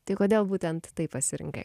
tai kodėl būtent taip pasirinkai